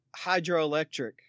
hydroelectric